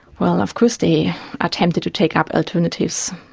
well, of course they are tempted to take up alternatives.